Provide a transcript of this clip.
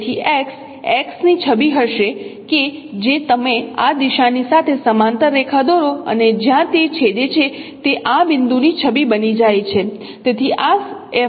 તેથી X X ની છબી હશે કે જે તમે આ દિશાની સાથે સમાંતર રેખા દોરો અને જ્યાં તે છેદે છે તે આ બિંદુની છબી બની જાય છે